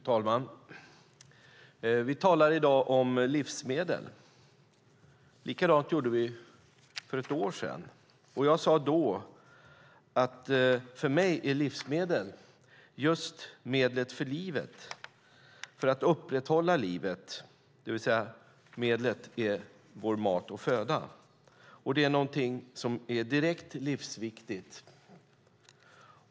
Fru talman! Vi talar i dag om livsmedel. Likadant gjorde vi för ett år sedan. Jag sade då att för mig är livsmedel just medel för livet, för att upprätthålla livet, det vill säga medlet är vår mat och föda. Det är något som är direkt livsviktigt.